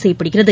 செய்யப்படுகிறது